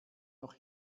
noch